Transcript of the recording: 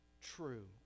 true